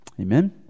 Amen